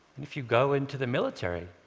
if you go into the military,